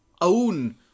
own